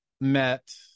met